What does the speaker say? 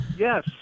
Yes